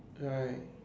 right